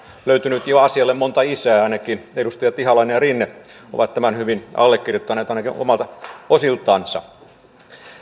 löytynyt asialle jo monta isää ainakin edustajat ihalainen ja rinne ovat tämän hyvin allekirjoittaneet ainakin omilta osiltansa